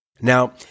Now